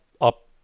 up